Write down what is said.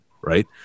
right